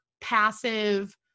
passive